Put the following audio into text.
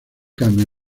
cambio